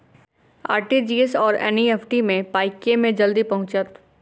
RTGS आओर NEFT मे पाई केँ मे जल्दी पहुँचत?